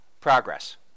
progress